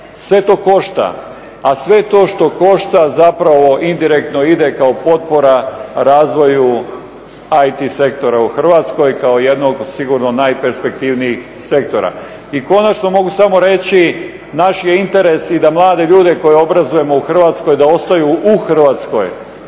Sve to košta, a sve to što košta zapravo indirektno ide kao potpora razvoju IT sektora u Hrvatskoj kao jednog od sigurno najperspektivnijih sektora. I konačno mogu samo reći, naš je interes i da mlade ljude koje obrazujemo u Hrvatskoj da ostaju u Hrvatskoj,